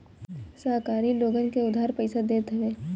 सहकारी लोगन के उधार पईसा देत हवे